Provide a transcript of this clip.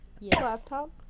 laptop